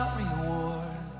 reward